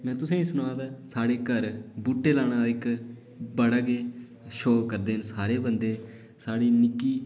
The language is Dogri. में तुसें गी सनादा हा के साढ़े घर बूह्टे लाने दा इक बड़ा गै शौक करदे न सारे साढ़े घर साढ़ी निक्की मतलब फैमली